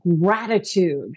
gratitude